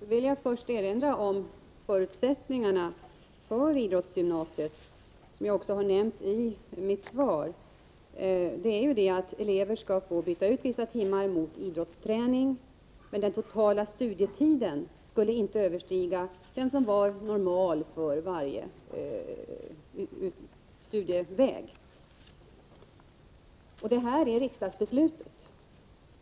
Herr talman! Jag vill först erinra om förutsättningarna för idrottsgymnasier, som jag också har nämnt i mitt svar. Dessa förutsättningar är ju att elever skall få byta ut vissa timmar mot idrottsträning, men den totala studietiden skulle inte överstiga den som var normal för varje studieväg. Det här är riksdagsbeslutet,